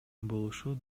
болушу